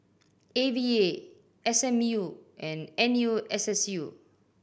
A V A S M U and N U S S U